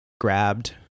grabbed